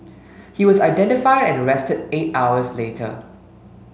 he was identified and arrested eight hours later